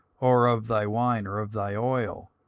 or of thy wine, or of thy oil,